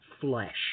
flesh